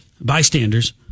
bystanders